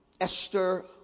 Esther